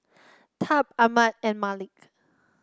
Tab Armand and Malik